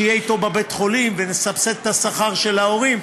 שיהיה איתו בבית חולים ונסבסד את השכר של ההורים.